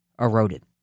eroded